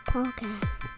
Podcast